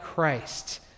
Christ